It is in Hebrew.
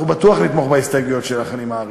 אנחנו בטוח נתמוך בהסתייגויות שלך, אני מעריך.